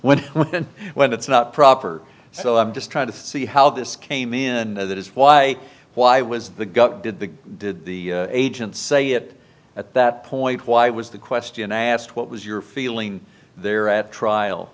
then when it's not proper so i'm just trying to see how this came in and that is why why was the gut did that did the agent say it at that point why was the question i asked what was your feeling there at trial